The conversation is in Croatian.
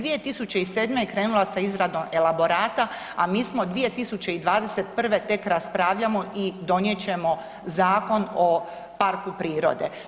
2007. je krenula sa izradom elaborata, a mi smo 2021. tek raspravljamo i donijet ćemo Zakon o parku prirode.